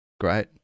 Great